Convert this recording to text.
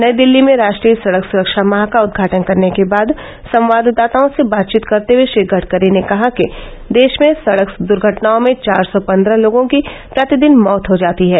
नई दिल्ली में राष्ट्रीय सड़क सुरक्षा माह का उदघाटन करने के बाद संवाददाताओं से बातचीत करते हुए श्री गडकरी ने कहा कि देश में सडक दर्घटनाओं में चार सौ पन्द्रह लोगों की प्रतिदिन मौत हो जाती है